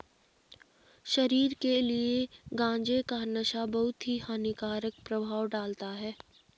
शरीर के लिए गांजे का नशा बहुत ही हानिकारक प्रभाव डालता है